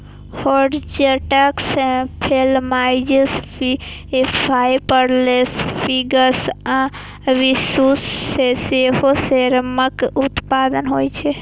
hornets, mayflies, leafhopper, lacewings आ पिस्सू सं सेहो रेशमक उत्पादन होइ छै